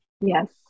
yes